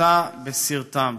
לראותה בסרטם.